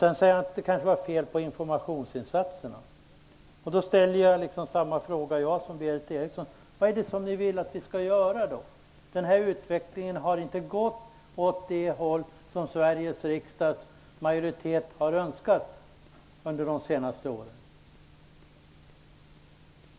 Sedan sade han att det kanske var fel på informationsinsatserna. Då vill jag ställa samma fråga som Berith Eriksson: Vad är det ni vill att vi skall göra då? Utvecklingen på det här området har under de senaste åren inte gått åt det håll som Sveriges riksdags majoritet har önskat.